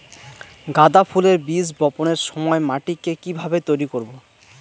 গাদা ফুলের বীজ বপনের সময় মাটিকে কিভাবে তৈরি করব?